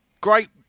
great